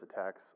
attacks